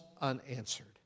unanswered